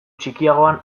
txikiagoan